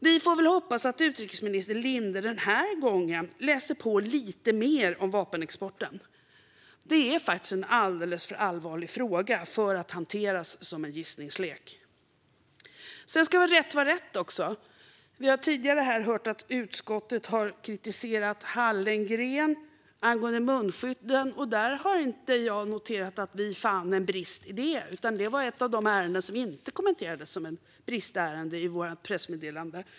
Vi får hoppas att utrikesminister Linde läser på lite mer om vapenexporten den här gången. Det är en alldeles för allvarlig fråga för att hanteras som en gissningslek. Sedan ska rätt vara rätt. Vi har tidigare hört här att utskottet har kritiserat Hallengren angående munskydden. Jag har inte noterat att vi fann en brist när det gällde det. Det var ett av de ärenden som inte kommenterades som ett bristärende i vårt pressmeddelande.